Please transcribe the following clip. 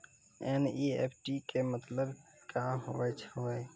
NEFT के मतलब का होव हेय?